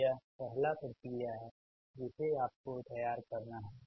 तो यह पहला प्रकिया है जिसे आपको बनाना है